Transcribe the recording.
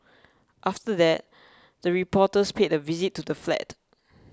after that the reporters paid a visit to the flat